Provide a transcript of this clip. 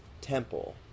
temple